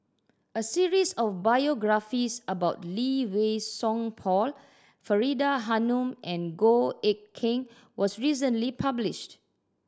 a series of biographies about Lee Wei Song Paul Faridah Hanum and Goh Eck Kheng was recently published